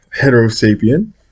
Heterosapien